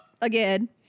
again